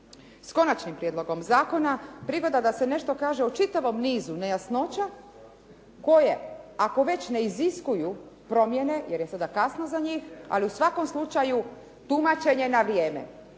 s konačnim prijedlogom zakona, prigoda da se nešto kaže o čitavom nizu nejasnoća koje ako već ne iziskuju promjene jer je sada kasno za njih ali u svakom slučaju tumačenje na vrijeme